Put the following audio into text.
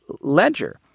ledger